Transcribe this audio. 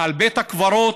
על בית הקברות